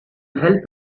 help